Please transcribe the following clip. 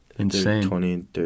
Insane